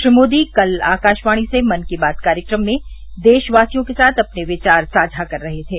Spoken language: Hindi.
श्री मोदी कल आकाशवाणी से मन की बात कार्यक्रम में देशवासियों के साथ अपने विचार साझा कर रहे थे